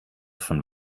von